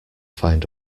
find